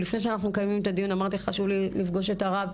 ולפני שאנחנו מקיימים את הדיון אמרתי לך שחשוב לי לפגוש את הרב,